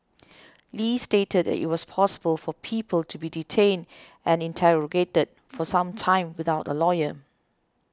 li stated that it was possible for people to be detained and interrogated for some time without a lawyer